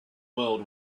world